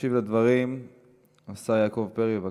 ישיב על הדברים השר יעקב פרי, בבקשה.